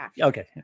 okay